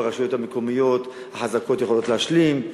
ורשויות מקומיות חזקות יכולות להשלים.